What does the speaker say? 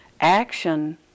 action